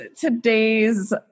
today's